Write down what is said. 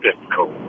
difficult